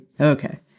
Okay